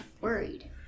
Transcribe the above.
Worried